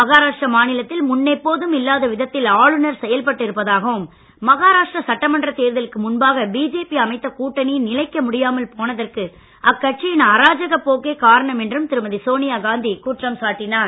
மகாராஷ்டிர மாநிலத்தில் முன் எப்போதும் இல்லாத விதத்தில் ஆளுநர் செயல்பட்டு இருப்பதாகவும் மகாராஷ்டிர சட்டமன்ற தேர்தலுக்கு முன்பாக பிஜேபி அமைத்த கூட்டணி நிலைக்க முடியாமல் போனதற்கு அக்கட்சியின் அராஜக போக்கே காரணம் என்றும் திருமதி சோனியா காந்தி குற்றம் சாட்டினார்